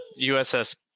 USS